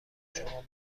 شما